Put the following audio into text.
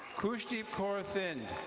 cushti corathen.